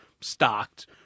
stocked